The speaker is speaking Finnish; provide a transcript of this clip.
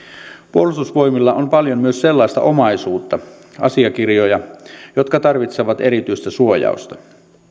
puolustusvoimilla on paljon myös sellaista omaisuutta asiakirjoja jotka tarvitsevat erityistä suojausta